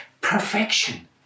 perfection